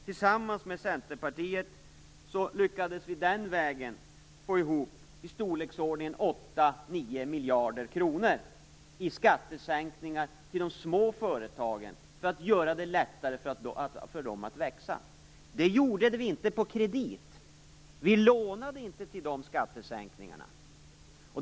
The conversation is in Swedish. Tillsammans med Centerpartiet lyckades vi få ihop i storleksordningen 8-9 miljarder kronor i skattesänkningar för de små företagen, för att göra det lättare för dem att växa. Det gjorde vi inte på kredit. Vi lånade inte till de skattesänkningarna.